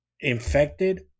infected